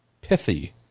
pithy